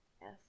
Yes